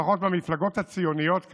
לפחות מהמפלגות הציוניות כאן,